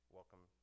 Welcome